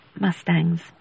Mustangs